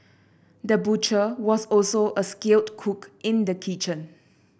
the butcher was also a skilled cook in the kitchen